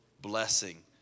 blessing